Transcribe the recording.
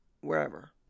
wherever